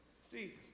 See